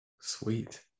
Sweet